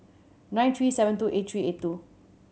nine three seven two eight three eight two